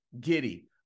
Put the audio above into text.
Giddy